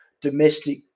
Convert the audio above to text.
domestic